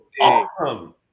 awesome